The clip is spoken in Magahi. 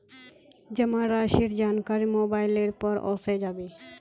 जमा राशिर जानकारी मोबाइलेर पर ओसे जाबे